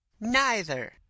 Neither